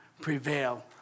prevail